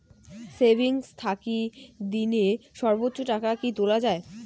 Savings থাকি দিনে সর্বোচ্চ টাকা কি তুলা য়ায়?